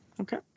okay